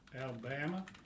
Alabama